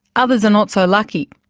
others are not so lucky.